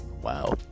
wow